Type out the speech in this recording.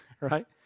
right